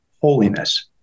holiness